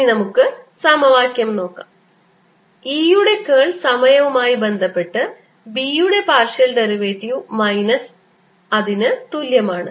ഇനി നമുക്ക് സമവാക്യം നോക്കാം E യുടെ കേൾ സമയവുമായി ബന്ധപ്പെട്ട് B യുടെ പാർഷ്യൽ ഡെറിവേറ്റീവ് മൈനസിന് തുല്യമാണ്